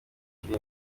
kiri